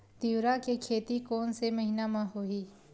तीवरा के खेती कोन से महिना म होही?